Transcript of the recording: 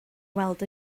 weld